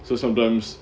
so sometimes